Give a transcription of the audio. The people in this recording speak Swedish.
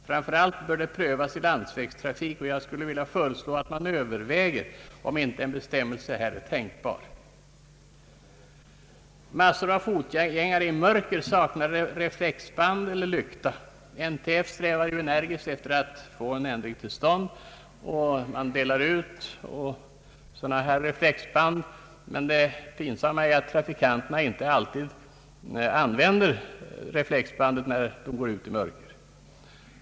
Framför allt bör detta prövas i landsvägstrafik, och jag skul le vilja föreslå att man överväger om inte en bestämmelse här är tänkbar. 5. Massor av fotgängare i mörker saknar reflexband eller lykta. NTF strävar energiskt att få en ändring till stånd. Man delar ut reflexband, men det pinsamma är att trafikanterna inte alltid använder reflexbandet när de går ut i mörker.